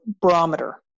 barometer